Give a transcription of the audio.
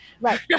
right